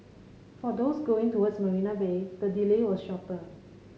for those going towards Marina Bay the delay was shorter